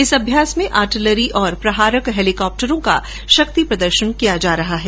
इस अभ्यास में आर्टिलरी अग्नि और प्रहारक हैलीकॉप्टरों का शक्ति प्रदर्शन किया जा रहा है